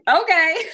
okay